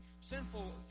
sinful